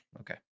Okay